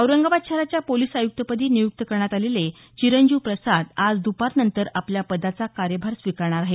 औरंगाबाद शहराच्या पोलिस आयुक्तपदी नियुक्त करण्यात आलेले चिरंजीव प्रसाद आज द्रपारनंतर आपल्या पदाचा कार्यभार स्वीकारणार आहेत